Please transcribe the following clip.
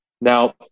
Now